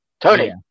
Tony